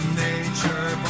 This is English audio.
nature